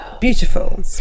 Beautiful